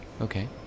Okay